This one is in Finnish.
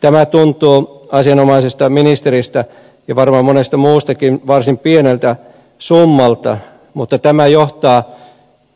tämä tuntuu asianomaisesta ministeristä ja varmaan monesta muustakin varsin pieneltä summalta mutta tämä johtaa